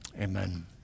Amen